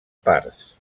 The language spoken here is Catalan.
parts